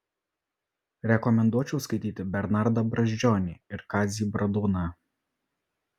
rekomenduočiau skaityti bernardą brazdžionį ir kazį bradūną